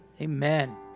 Amen